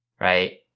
Right